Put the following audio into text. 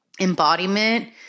embodiment